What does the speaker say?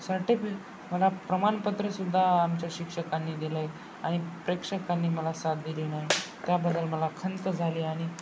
सर्टिफी मला प्रमाणपत्र सुद्धा आमच्या शिक्षकांनी दिलं आहे आणि प्रेक्षकांनी मला साथ दिली नाही त्याबद्दल मला खंत झाली आणि